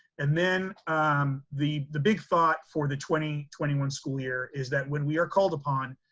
and then um the the big thought for the twenty twenty one school year is that when we are called upon,